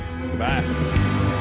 goodbye